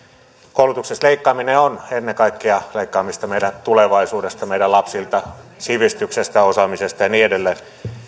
koulutuksesta leikkaaminen on ennen kaikkea leikkaamista meidän tulevaisuudesta meidän lapsilta sivistyksestä osaamisesta ja niin edelleen